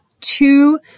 two